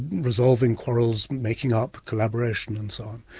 resolving quarrels, making up, collaboration and so on.